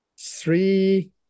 Three